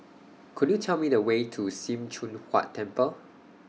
Could YOU Tell Me The Way to SIM Choon Huat Temple